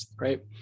right